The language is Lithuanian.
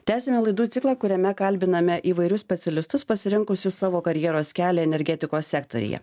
tęsiame laidų ciklą kuriame kalbiname įvairius specialistus pasirinkusius savo karjeros kelią energetikos sektoriuje